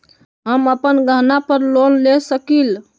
हम अपन गहना पर लोन ले सकील?